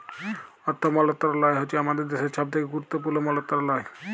অথ্থ মলত্রলালয় হছে আমাদের দ্যাশের ছব থ্যাকে গুরুত্তপুর্ল মলত্রলালয়